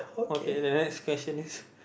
okay then the next question is